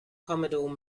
commodore